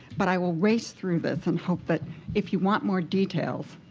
but i will race through this and hope that if you want more details,